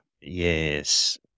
Yes